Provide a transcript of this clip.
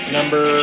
Number